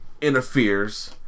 interferes